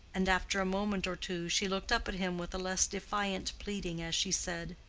and after a moment or two she looked up at him with a less defiant pleading as she said,